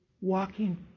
Walking